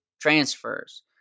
transfers